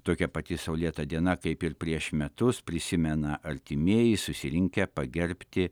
tokia pati saulėta diena kaip ir prieš metus prisimena artimieji susirinkę pagerbti